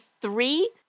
three